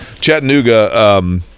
Chattanooga –